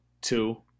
Two